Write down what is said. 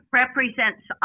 represents